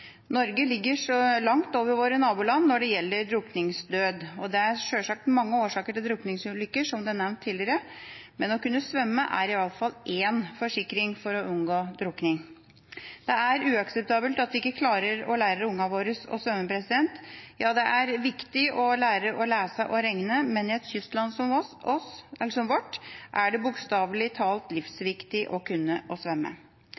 Norge ligger langt over sine naboland når det gjelder drukningsdød. Det er sjølsagt mange årsaker til drukningsulykker – som det er nevnt tidligere – men å kunne svømme er iallfall én forsikring for å unngå drukning. Det er uakseptabelt at vi ikke klarer å lære ungene våre å svømme. Ja, det er viktig å lære å lese og regne, men i et kystland som vårt er det bokstavelig talt livsviktig å kunne